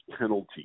penalty